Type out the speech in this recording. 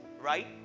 right